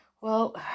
Well